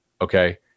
Okay